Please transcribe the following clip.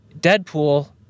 Deadpool